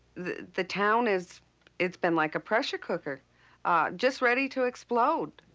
the town is it's been like a pressure cooker just ready to explode.